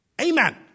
Amen